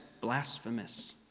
blasphemous